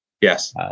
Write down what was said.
Yes